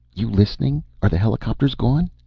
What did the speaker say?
you listening? are the helicopters gone?